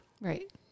Right